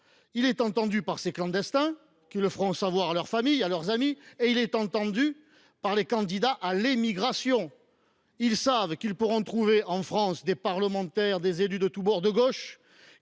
Il est entendu par ces clandestins, qui le feront savoir à leurs familles et à leurs amis, et il est entendu par les candidats à l’émigration. Ceux ci savent pouvoir trouver en France des parlementaires ou des élus de tous les bords de la gauche